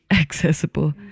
accessible